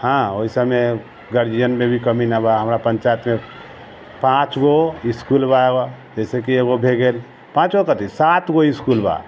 हँ ओहि सबमे गार्जियनमे भी कमी नहि बा हमरा पञ्चायतमे पाँचगो इसकुल बा जइसेकि एगो भऽ गेल पाँच गो कथी सात गो इसकुल बा